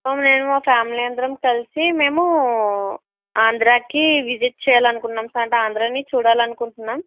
మేము మా ఫ్యామిలీ అందరం కలిసి మేము ఆంధ్రకి విజిట్ చేయాలనుకుంటున్నాము సార్ అంటే ఆంధ్రాని చూడాలనుకుంటున్నాము